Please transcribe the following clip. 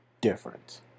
different